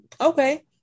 Okay